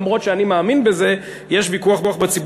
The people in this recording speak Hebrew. גם אם אני מאמין בזה,